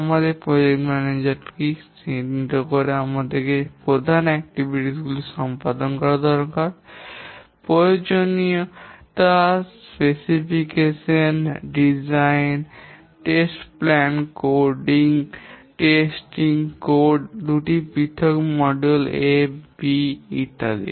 আমাদের প্রকল্প ম্যানেজারকে চিহ্নিত করতে হবে যে প্রধান কার্যক্রম গুলি সম্পাদন করা দরকার প্রয়োজনীয়তা স্পেসিফিকেশন নকশা পরীক্ষণ পরিকল্পনা কোড পরীক্ষামূলক কোড দুটি পৃথক মডিউল A B ইত্যাদি